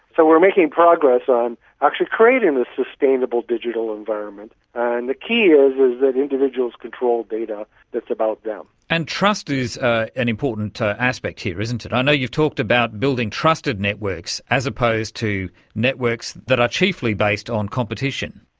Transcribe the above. so we're making progress on actually creating a sustainable digital environment. and the key is is that individuals control data that's about them. and trust is an important aspect here, isn't it. i know you've talked about building trusted networks as opposed to networks that are chiefly based on competition.